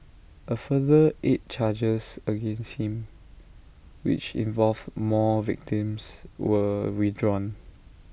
A further eight charges against him which involved more victims were withdrawn